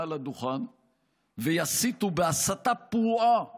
מעל לדוכן ויסיתו בהסתה פרועה